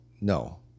No